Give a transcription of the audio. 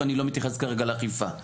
ואני לא מתייחס כרגע לאכיפה.